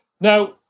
Now